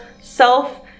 self